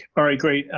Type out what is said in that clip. all right, great.